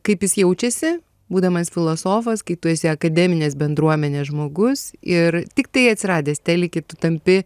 kaip jis jaučiasi būdamas filosofas kai tu esi akademinės bendruomenės žmogus ir tiktai atsiradęs telike tu tampi